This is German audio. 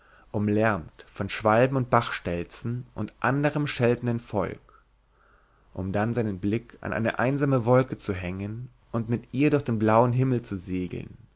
umlärmt von schwalben und bachstelzen und anderem scheltenden volk um dann seinen blick an eine einsame wolke zu hängen und mit ihr durch den blauen himmel zu segeln